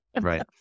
right